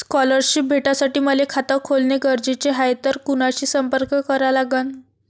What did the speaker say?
Scholarship भेटासाठी मले खात खोलने गरजेचे हाय तर कुणाशी संपर्क करा लागन?